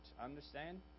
Understand